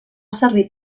servir